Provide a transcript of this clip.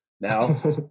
Now